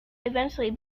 eventually